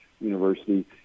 University